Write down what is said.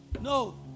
No